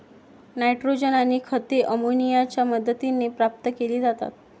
nitrogen आणि खते अमोनियाच्या मदतीने प्राप्त केली जातात